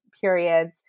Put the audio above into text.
periods